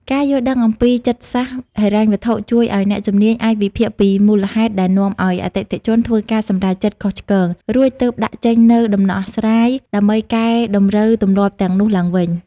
ការយល់ដឹងអំពីចិត្តសាស្ត្រហិរញ្ញវត្ថុជួយឱ្យអ្នកជំនាញអាចវិភាគពីមូលហេតុដែលនាំឱ្យអតិថិជនធ្វើការសម្រេចចិត្តខុសឆ្គង រួចទើបដាក់ចេញនូវដំណោះស្រាយដើម្បីកែតម្រូវទម្លាប់ទាំងនោះឡើងវិញ។